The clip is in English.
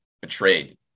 betrayed